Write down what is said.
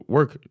Work